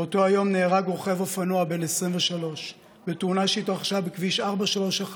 באותו יום נהרג רוכב אופנוע בן 23 בתאונה שהתרחשה בכביש 431,